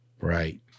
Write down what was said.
Right